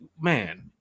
Man